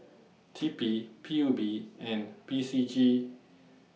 T P P U B and P C G